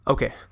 Okay